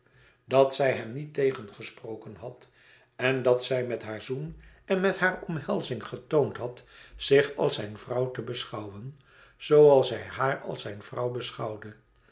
dat zij hem niet tegengesproken had en dat zij met haar zoen en met haar omhelzing getoond had zich als zijn vrouw te beschouwen zooals hij haar als zijn vrouw